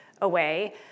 away